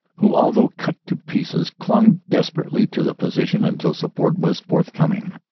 who although cut to pieces clung desperately to the position until support was forthcoming.